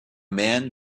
man